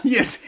Yes